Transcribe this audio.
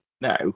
no